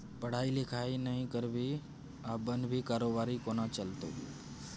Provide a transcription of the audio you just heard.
पढ़ाई लिखाई नहि करभी आ बनभी कारोबारी कोना चलतौ